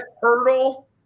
turtle